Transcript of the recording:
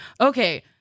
Okay